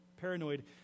paranoid